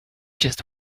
just